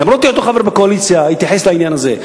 ולמרות היותו חבר בקואליציה התייחס לעניין הזה.